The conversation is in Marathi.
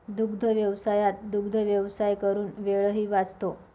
दुग्धव्यवसायात दुग्धव्यवसाय करून वेळही वाचतो